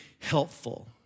Helpful